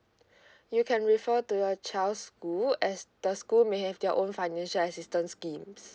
you can refer to your child's school as the school may have their own financial assistance schemes